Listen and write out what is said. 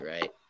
right